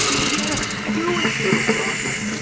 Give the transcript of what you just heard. yes, do it, little sasha!